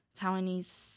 Taiwanese